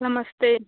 नमस्ते